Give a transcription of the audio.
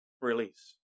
release